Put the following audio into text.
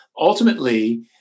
ultimately